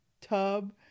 tub